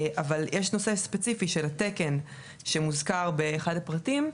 אבל יש נושא ספציפי של התקן שמוזכר באחד הפרטים,